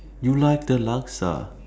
you like the laksa